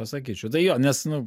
pasakyčiau tai jo nes nu